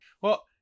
Well-